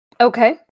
Okay